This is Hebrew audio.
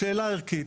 שאלה ערכית,